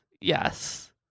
Yes